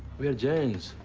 we are jains.